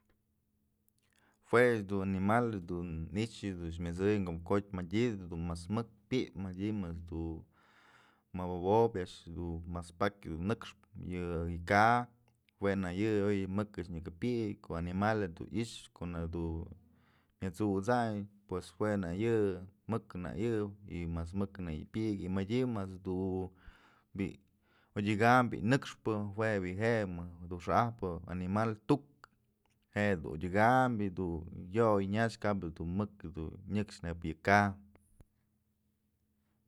Jue animal dun i'ixë yëch dun myët'sëyëbë kopkotyë madyë dun mas mëk pyëp ma du mabëbobyë a'ax dun mas pakyë nëkxpë yë ka'a jue nak yë ayoy mëk a'ax nyëkë pyëk ko'o animal a'ax dun i'ixë ko'o mya t'susayn pues jue nak yë mëk nak yë y mas mëk nak yë pyëkyë y madyëbë mas du bi'i odyëkam bi'i nëkxpë jue bi'i mëjk du xa'ajpë animal tuk je'e du odyëkam bi'i du yoy nyax kabë du mëk nyëkxë neyb yë ka'a.